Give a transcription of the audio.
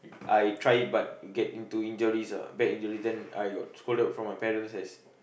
I try but get into injuries ah bad injuries then I got scolded from my parents as